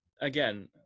again